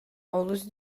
олус